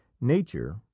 nature